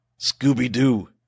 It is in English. Scooby-Doo